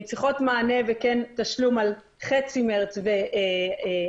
הן צריכות מענה וכן תשלום על חצי ממתווה אפריל,